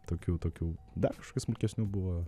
tokių tokių dar kažkokių smulkesnių buvo